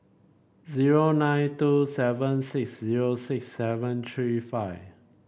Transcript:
zero nine two seven six zero six seven three five